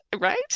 right